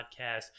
podcast